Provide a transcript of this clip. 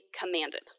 commanded